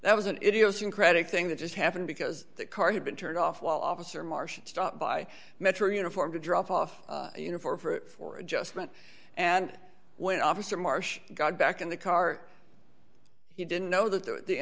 that was an idiosyncratic thing that just happened because the car had been turned off while officer marsh stopped by metro uniform to drop off you know for for adjustment and when officer marsh got back in the car he didn't know that the